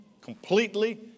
completely